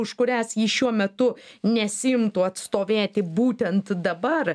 už kurias ji šiuo metu nesiimtų atstovėti būtent dabar